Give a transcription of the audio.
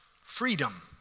freedom